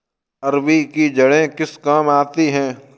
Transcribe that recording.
अरबी की जड़ें किस काम आती हैं?